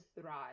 thrive